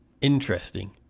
Interesting